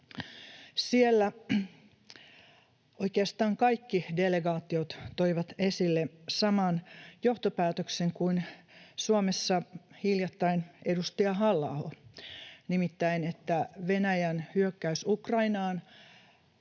Siellä oikeastaan kaikki delegaatiot toivat esille saman johtopäätöksen kuin Suomessa hiljattain edustaja Halla-aho, nimittäin, että Venäjän hyökkäys Ukrainaan